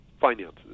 Finances